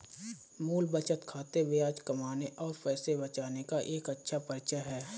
मूल बचत खाता ब्याज कमाने और पैसे बचाने का एक अच्छा परिचय है